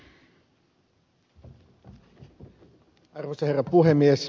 arvoisa herra puhemies